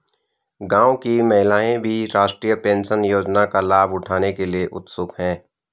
गांव की महिलाएं भी राष्ट्रीय पेंशन योजना का लाभ उठाने के लिए उत्सुक हैं